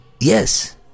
Yes